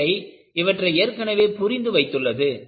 இயற்கை இவற்றை ஏற்கனவே புரிந்து வைத்துள்ளது